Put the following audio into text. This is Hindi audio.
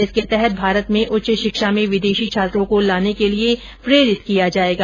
इसके तहत भारत में उच्च शिक्षा में विदेशी छात्रों को लाने के लिये प्रेरित किया जायेगा